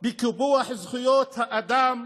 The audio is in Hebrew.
בקיפוח זכויות האדם,